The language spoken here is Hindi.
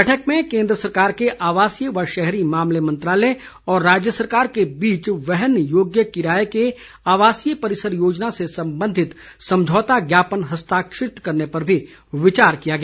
बैठक में केन्द्र सरकार के आवासीय व शहरी मामले मंत्रालय और राज्य सरकार के बीच वहन योग्य किराए के आवासीय परिसर योजना से संबंधित समझौता ज्ञापन हस्ताक्षरित करने पर भी विचार किया गया